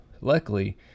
Luckily